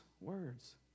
words